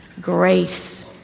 grace